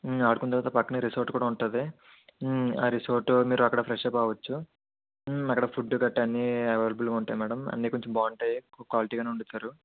ఆడుకున్న తర్వాత పక్కనే రిసార్ట్ కూడా ఉంటుంది ఆ రిసార్టు మీరు అక్కడ ఫ్రెష్అప్ అవొచ్చు అక్కడ ఫుడ్డు గట్ట అన్ని అవైలబుల్గా ఉంటాయి మేడం అన్ని కొంచెం బాగుంటాయి ఫుడ్ కొంచెం క్వాలిటీగానే వండుతారు